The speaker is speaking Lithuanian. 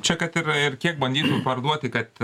čia kad ir ir kiek bandytų parduoti kad